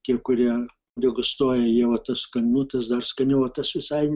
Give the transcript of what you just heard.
tie kurie degustuoja jie vat tas skanu tas dar skaniau o tas visai